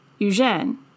Eugène